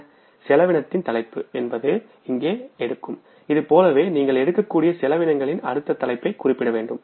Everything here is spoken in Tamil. செலவினத்தின் தலைப்பு என்பது இங்கே எடுக்கும் இது போலவே நீங்கள் எடுக்கக்கூடிய செலவினங்களின் அடுத்த தலைப்பை குறிப்பிட வேண்டும்